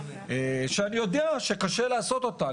שאני יודע שקשה לעשות אותה.